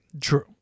True